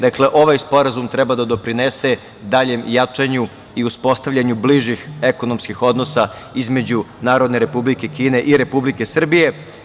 Dakle, ovaj sporazum treba da doprinese daljem jačanju i uspostavljanju bližih ekonomskih odnosa između Narodne Republike Kine i Republike Srbije.